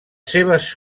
seves